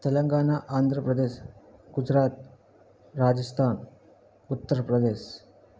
Telangana Andhra Pradesh Gujarat Rajasthan Uttar Pradesh